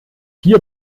vier